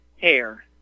hair